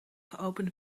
geopend